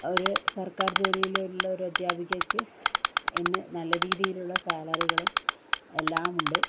ഒരു സർക്കാർ ജോലിയിലുള്ള ഒര് അധ്യാപികയ്ക്ക് ഇന്ന് നല്ല രീതിയിലുള്ള സാലറികളും എല്ലാമുണ്ട്